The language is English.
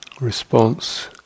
response